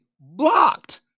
Blocked